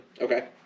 okay